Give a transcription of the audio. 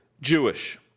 Jewish